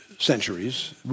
centuries